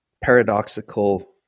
paradoxical